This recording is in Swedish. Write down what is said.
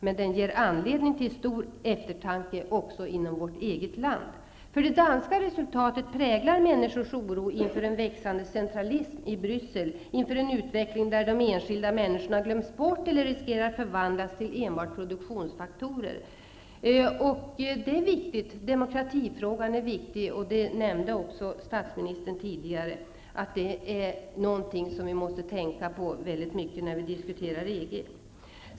Den ger emellertid anledning till stor eftertanke inom vårt eget land, därför att det danska resultatet speglar människors oro inför en växande centralism i Bryssel, inför en utveckling där de enskilda människorna glöms bort eller riskerar att förvandlas till enbart produktionsfaktorer. Precis som statsministern nämnde tidigare är frågan om demokrati viktig, och den måste vi ha i minnet när vi diskuterar EG.